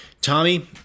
Tommy